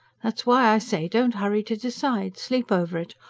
that's why i say don't hurry to decide. sleep over it.